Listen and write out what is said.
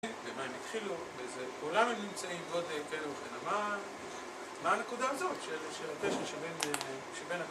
ומה הם התחילו, באיזה עולם הם נמצאים, ועוד כאלה וכן הלאה, מה... מה הנקודה הזאת, של... של הקשר שבין, שבין ה...